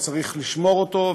וצריך לשמור אותו,